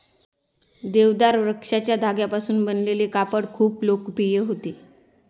देवदार वृक्षाच्या धाग्यांपासून बनवलेले कापड खूप लोकप्रिय होते